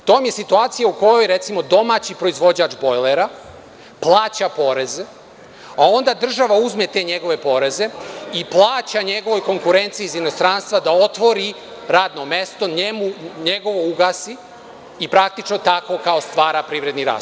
To vam je situacija u kojoj recimo domaći proizvođač bojlera plaća poreze, a onda država uzme te njegove poreze i plaća njegovoj konkurenciji iz inostranstva da otvori radno mesto, njegovo ugasi i praktično tako kao stvara privredni rast.